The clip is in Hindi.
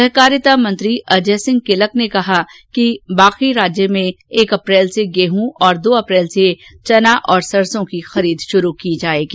सहकारिता मंत्री अजय सिंह किलक ने कहा कि शेष राज्य में एक अप्रैल से गेहूं और दो अप्रैल से चना और सरसों की खरीद शुरू की जाएगी